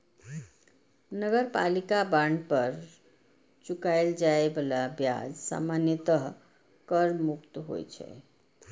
नगरपालिका बांड पर चुकाएल जाए बला ब्याज सामान्यतः कर मुक्त होइ छै